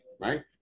right